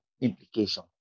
implication